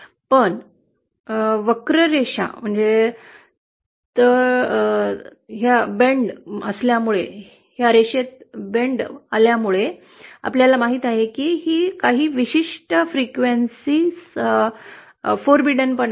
पण वक्र रेषा त असलेल्या या वळणामुळे आपल्याला माहीत आहे की काही विशिष्ट वारंवारता निषिद्ध आहेत